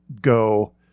go